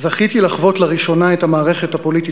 זכיתי לחוות לראשונה את המערכת הפוליטית